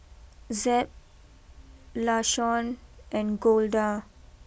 Zeb Lashawn and Golda